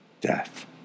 death